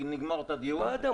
נסיים את הדיון.